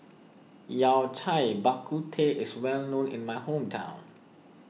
Yao Cai Bak Kut Teh is well known in my hometown